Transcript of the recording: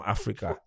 Africa